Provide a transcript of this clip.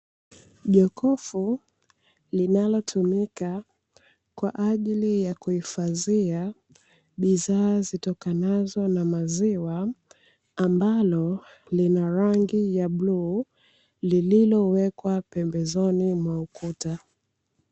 Jokofu linalotumika kwa ajili ya kuhifadhia bidhaa zitokanazo na maziwa, ambalo lina rangi ya bluu lililowekwa pembezoni mwa ukuta.